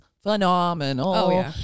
phenomenal